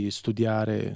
studiare